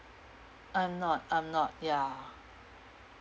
I'm not I'm not ya